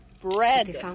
Bread